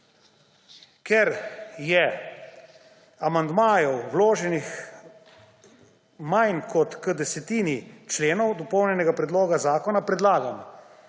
amandmajev k manj kot desetini členov dopolnjenega predloga zakona, predlagam,